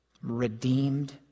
redeemed